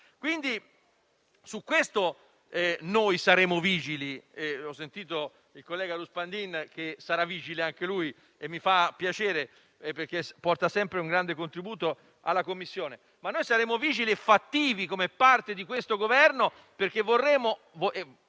follia. Su questo noi saremo vigili; ho sentito che il collega Ruspandini sarà vigile anche lui, e mi fa piacere, perché porta sempre un grande contributo alla Commissione. Noi saremo vigili e fattivi come parte di questo Governo perché vorremo